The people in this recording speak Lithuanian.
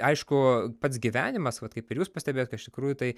aišku pats gyvenimas vat kaip ir jūs pastebėjot kad iš tikrųjų tai